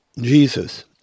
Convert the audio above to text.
jesus